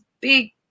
big